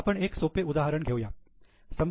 आपण एक सोपे उदाहरण घेऊया